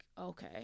okay